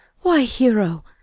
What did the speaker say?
why, hero!